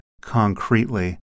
concretely